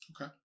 Okay